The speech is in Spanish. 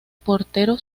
portero